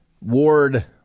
Ward